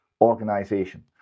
organization